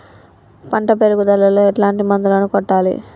పంట పెరుగుదలలో ఎట్లాంటి మందులను కొట్టాలి?